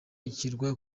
gishyirwa